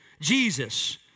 Jesus